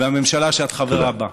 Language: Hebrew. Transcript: והממשלה שאת חברה בה.